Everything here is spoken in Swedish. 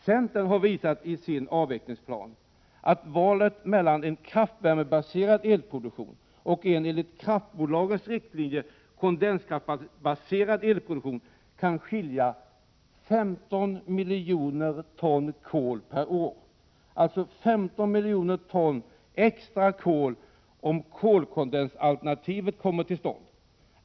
Centern har i sin avvecklingsplan visat att mellan en kraftvärmebaserad elproduktion och en enligt kraftbolagens riktlinjer kondenskraftbaserad elproduktion kan det skilja 15 miljoner ton kol per år. Det betyder alltså 15 miljoner ton extra kol om kolkondensalternativet skulle komma till stånd.